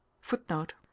Footnote